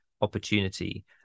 opportunity